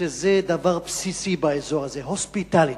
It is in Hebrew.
שזה דבר בסיסי באזור הזה: hospitality.